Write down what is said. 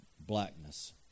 blackness